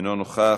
אינו נוכח,